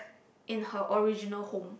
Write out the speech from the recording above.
in her original home